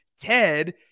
Ted